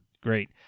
Great